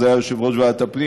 אז זה היה יושב-ראש ועדת הפנים,